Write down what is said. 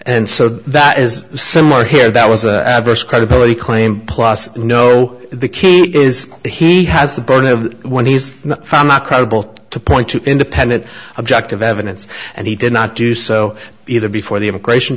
and so that is similar here that was a credibility claim plus you know the kid is he has the burden of when he's found not credible to point to independent objective evidence and he did not do so either before the immigration